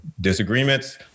Disagreements